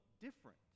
different